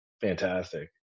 Fantastic